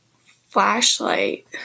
flashlight